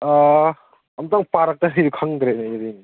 ꯑꯝꯇꯪ ꯄꯥꯔꯛꯇ꯭ꯔꯗꯤ ꯈꯪꯗ꯭ꯔꯦꯅꯦ ꯑꯩ ꯑꯗꯨꯏꯅꯦ